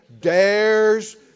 dares